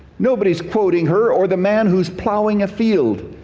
nobody is quoting her, or the man who's plowing a field,